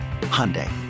Hyundai